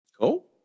Cool